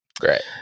Great